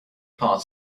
part